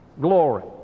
glory